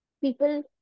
people